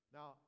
Now